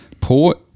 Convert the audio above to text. Port